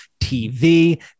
TV